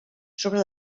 sobre